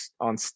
on